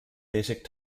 basic